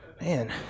man